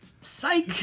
Psych